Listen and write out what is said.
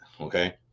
Okay